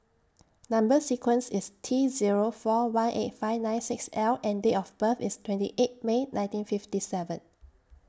Number sequence IS T Zero four one eight five nine six L and Date of birth IS twenty eight May nineteen fifty seven